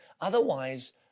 Otherwise